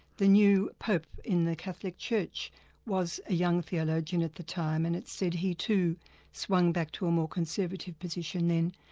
the new pope in the catholic church was a young theologian at the time and said he too swung back to a more conservative position then.